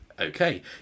Okay